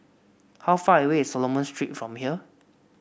how far away is Solomon Street from here